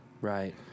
Right